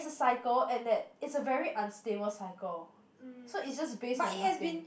mm but it has been